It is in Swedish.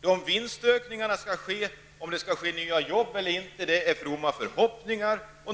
Det är fromma förhoppningar att det skall ske vinstökningar och att det skall skapas nya arbetstillfällen.